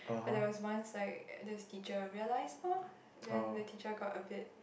but there was once like this teacher realise lah then the teacher got a bit